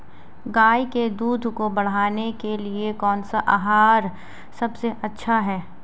गाय के दूध को बढ़ाने के लिए कौनसा आहार सबसे अच्छा है?